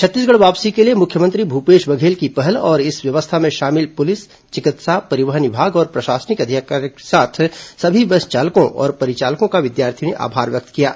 छत्तीसगढ़ वापसी के लिए मुख्यमंत्री भूपेश बघेल की पहल और इस व्यवस्था में शामिल पुलिस चिकित्सा परिवहन विभाग और प्रशासनिक अधिकारियों के साथ सभी बस चालकों और परिचालकों का विद्यार्थियों ने आभार व्यक्त किया है